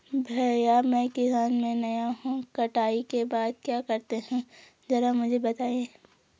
भैया मैं किसानी में नया हूं कटाई के बाद क्या करते हैं जरा मुझे बताएं?